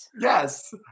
Yes